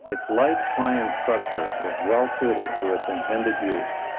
its light, pliant structure was well suited to its intended use.